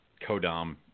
codom